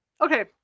Okay